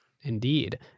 Indeed